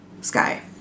Sky